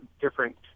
different